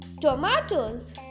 tomatoes